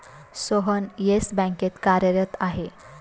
Sohan Yes बँकेत कार्यरत आहे